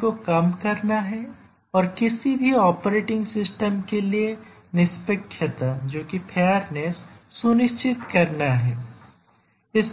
को कम करना है और किसी भी ऑपरेटिंग सिस्टम के लिए निष्पक्षता सुनिश्चित करना है